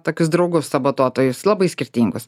tokius draugus sabotuotojus labai skirtingus